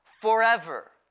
Forever